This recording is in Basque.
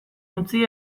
utzi